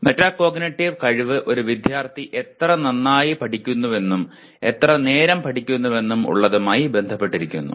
metacognitive കഴിവ് ഒരു വിദ്യാർത്ഥി എത്ര നന്നായി പഠിക്കുന്നുവെന്നും എത്ര നേരം പഠിക്കുന്നുവെന്നും ഉള്ളതുമായി ബന്ധപ്പെട്ടിരിക്കുന്നു